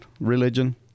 religion